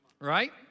right